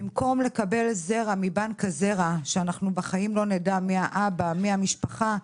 במקום לקבל זרע מבנק הזרע כשבחיים הן לא ידעו מי האבא ומי המשפחה,